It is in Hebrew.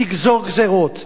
תגזור גזירות,